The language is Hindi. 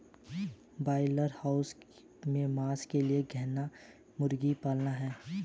ब्रॉयलर हाउस में मांस के लिए गहनता से मुर्गियां पालना है